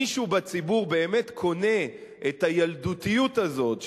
מישהו בציבור באמת קונה את הילדותיות הזאת,